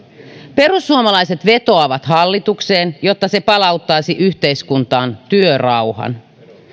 perussuomalaiset vetoavat hallitukseen jotta se palauttaisi yhteiskuntaan työrauhan